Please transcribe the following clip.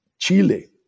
Chile